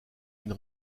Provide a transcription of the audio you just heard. une